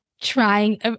trying